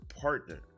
partner